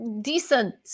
decent